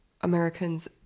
Americans